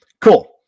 cool